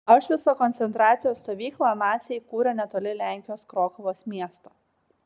aušvico koncentracijos stovyklą naciai įkūrė netoli lenkijos krokuvos miesto